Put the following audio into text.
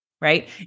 Right